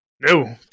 No